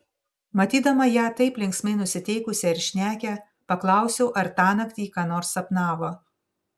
matydama ją taip linksmai nusiteikusią ir šnekią paklausiau ar tąnakt ji ką nors sapnavo